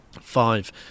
five